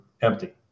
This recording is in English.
empty